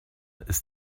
ist